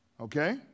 Okay